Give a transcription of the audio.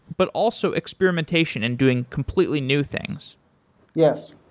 but also experimentation in doing completely new things yes.